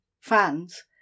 fans